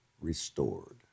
restored